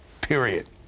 period